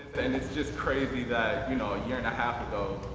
and it's just crazy that you know a year and a half ago,